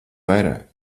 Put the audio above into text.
vairāk